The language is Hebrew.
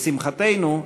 לשמחתנו,